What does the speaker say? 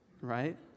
right